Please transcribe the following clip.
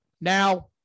Now